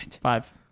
five